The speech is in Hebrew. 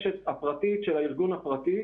הפרטית של הארגון הפרטי